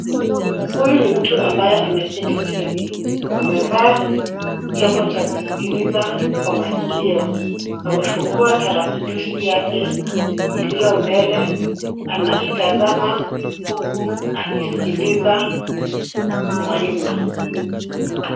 Huyu ni mtu ambaye ameketi chini. Amevaa chombo cha kusikiliza kwa masikio. Amefungua tarakilishi yake iliyo mbele. Anaitazama huku akisikiliza mwalimu.